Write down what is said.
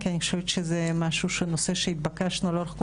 זה נושא שהתבקשנו.